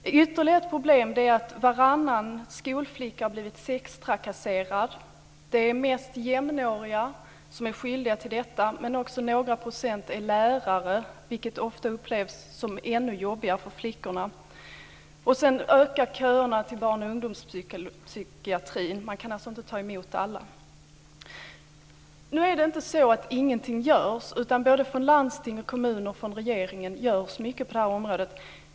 Ytterligare ett problem är att varannan skolflicka har blivit sextrakasserad. Det är mest jämnåriga som är skyldiga till detta, men också några procent är lärare, vilket ofta upplevs som ännu jobbigare för flickorna. Sedan ökar köerna till barn och ungdomspsykiatrin. Man kan alltså inte ta emot alla. Nu är det inte så att ingenting görs, utan från både landsting, kommun och regering görs det mycket på det här området.